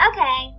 Okay